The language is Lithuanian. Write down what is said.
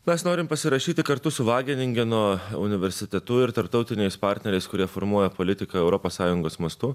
mes norim pasirašyti kartu su vaginingeno universitetu ir tarptautiniais partneriais kurie formuoja politiką europos sąjungos mastu